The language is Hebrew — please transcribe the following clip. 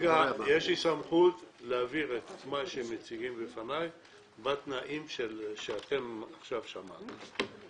כרגע יש לי סכמות להעביר את מה שמציגים בפניי בתנאים שעכשיו שמעתם.